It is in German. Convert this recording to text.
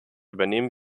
übernehmen